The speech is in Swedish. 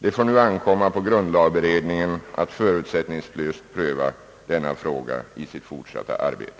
Det får nu ankomma på grundlagberedningen att förutsättningslöst pröva denna fråga i sitt fortsatta arbete.